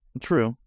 True